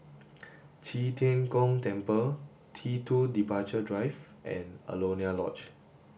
Qi Tian Gong Temple T two Departure Drive and Alaunia Lodge